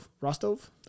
Rostov